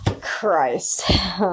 Christ